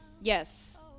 Yes